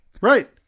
Right